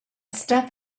stuff